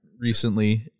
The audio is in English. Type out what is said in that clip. recently